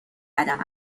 قدم